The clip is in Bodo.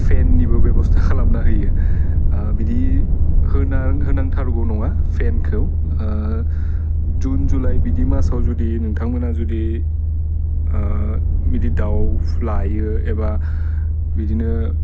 फेननिबो बेब'स्था खालामना होयो बिदि होना होनांथारगौ नङा फेनखौ जुन जुलाइ बिदि मासाव जुदि नोंथांमोना जुदि बिदि दाउफ लायो एबा बिदिनो